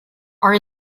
are